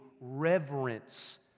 reverence